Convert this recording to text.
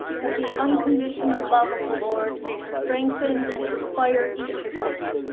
that the unconditional love of the lord may strengthen and inspire each of us,